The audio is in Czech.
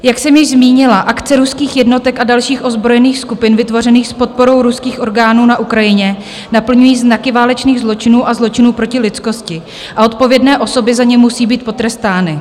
Jak jsem již zmínila, akce ruských jednotek a dalších ozbrojených skupin vytvořených s podporou ruských orgánů na Ukrajině naplňují znaky válečných zločinů a zločinů proti lidskosti a odpovědné osoby za ně musí být potrestány.